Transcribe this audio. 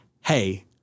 hey